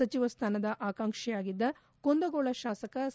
ಸಚಿವ ಸ್ಥಾನದ ಆಕಾಂಕ್ಷಿಯಾಗಿದ್ದ ಕುಂದಗೋಳ ಶಾಸಕ ಸಿ